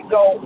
go